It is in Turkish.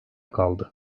kaldı